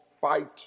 fight